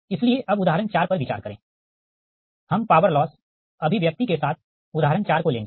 इसलिए अब उदाहरण 4 पर विचार करें हम पावर लॉस अभिव्यक्ति के साथ उदाहरण 4 को लेंगे